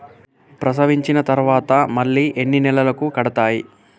ప్రసవించిన తర్వాత మళ్ళీ ఎన్ని నెలలకు కడతాయి?